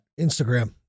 Instagram